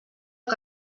que